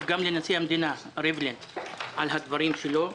גם לנשיא המדינה ריבלין על הדברים שלו.